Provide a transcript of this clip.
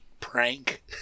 prank